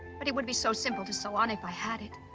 but it would be so simple to sew on if i had it.